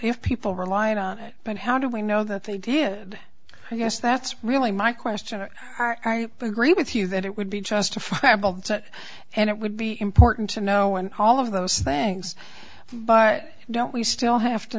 if people relied on it but how do we know that they did i guess that's really my question but agree with you that it would be justifiable and it would be important to know on all of those things but don't we still have to